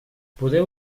podeu